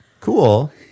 cool